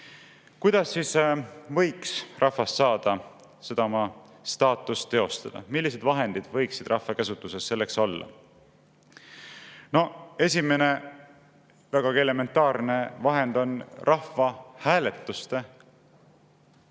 Kuidas võiks rahvas saada seda oma staatust teostada? Millised vahendid võiksid rahva käsutuses selleks olla? Esimene, vägagi elementaarne vahend on rahvahääletuste